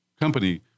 company